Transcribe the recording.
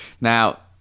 now